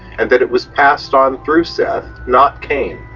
and that it was passed on through seth, not cain,